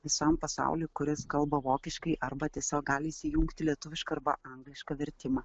visam pasauliui kuris kalba vokiškai arba tiesiog gali įsijungti lietuvišką arba anglišką vertimą